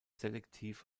selektiv